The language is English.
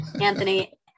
Anthony